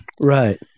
Right